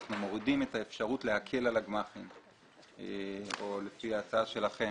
אנחנו מורידים את האפשרות להקל על הגמ"חים או לפי ההצעה שלכם.